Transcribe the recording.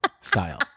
style